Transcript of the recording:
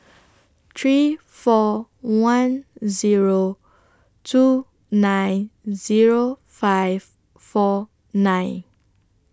three four one Zero two nine Zero five four nine